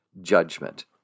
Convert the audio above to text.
judgment